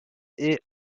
est